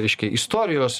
reiškia istorijos